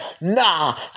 Nah